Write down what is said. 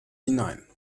hinein